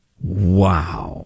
Wow